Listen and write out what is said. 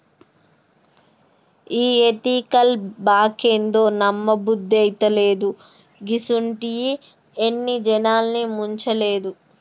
ఈ ఎతికల్ బాంకేందో, నమ్మబుద్దైతలేదు, గిసుంటియి ఎన్ని జనాల్ని ముంచలేదు